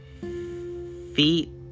feet